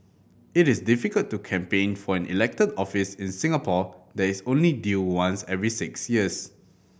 it is difficult to campaign for an elected office in Singapore that is only due once every six years